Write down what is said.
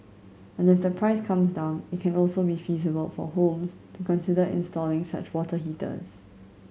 and if the price comes down it can also be feasible for homes to consider installing such water heaters